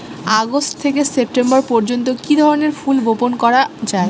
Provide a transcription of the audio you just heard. August থেকে September পর্যন্ত কি ধরনের ফুল বপন করা যায়?